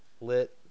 Lit